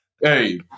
hey